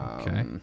Okay